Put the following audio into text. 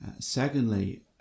Secondly